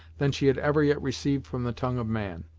than she had ever yet received from the tongue of man.